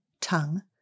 tongue